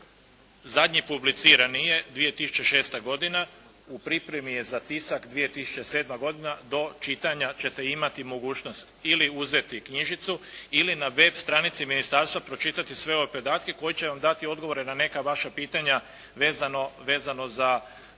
Zadnji publicirani je 2006. godina, u pripremi je za tisak 2007. godina do čitanja ćete imati mogućnost ili uzeti knjižicu ili na web stranici ministarstva pročitati sve ove podatke koji će vam dati odgovore na neka vaša pitanja vezano za